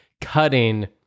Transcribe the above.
cutting